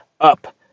up